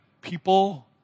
people